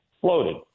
floated